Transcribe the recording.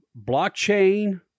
blockchain